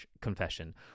confession